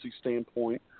standpoint